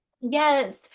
yes